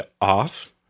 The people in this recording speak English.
off